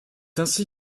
ainsi